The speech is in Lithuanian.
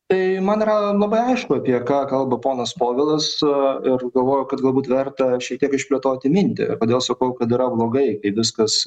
tai man yra labai aišku apie ką kalba ponas povilas ir galvoju kad galbūt verta šiek tiek išplėtoti mintį kodėl sakau kad yra blogai kai viskas